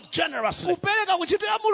generously